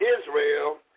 Israel